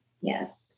Yes